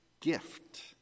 gift